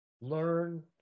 learn